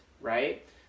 right